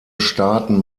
staaten